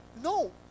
No